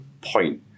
point